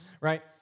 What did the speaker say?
right